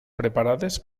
preparades